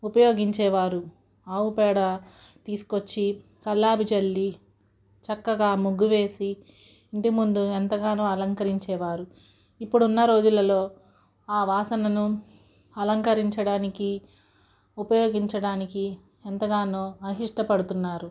ఉపయోగించేవారు ఆవుపేడ తీసుకు వచ్చి కల్లాపు చల్లి చక్కగా ముగ్గు వేసి ఇంటి ముందు ఎంతగానో అలంకరించేవారు ఇప్పుడు ఉన్న రోజులలో ఆ వాసనను అలంకరించడానికి ఉపయోగించడానికి ఎంతగానో ఆహిష్టపడుతున్నారు